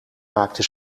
maakte